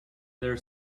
their